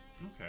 Okay